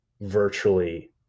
virtually